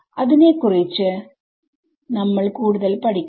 അതിനെ കുറിച്ച് നമ്മൾ കൂടുതൽ പഠിക്കും